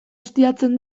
ustiatzen